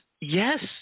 yes